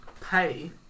pay